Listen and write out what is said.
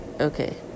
Okay